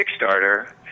Kickstarter